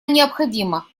необходимо